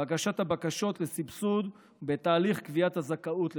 בהגשת הבקשות לסבסוד ותהליך קביעת הזכאות לסבסוד.